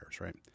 right